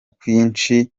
kwinshi